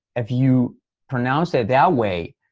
if you pronounce it that way,